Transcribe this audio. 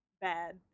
bad